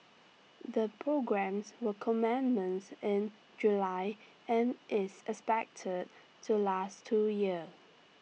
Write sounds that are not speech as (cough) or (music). the programmes will (unintelligible) in July and is expected to last two years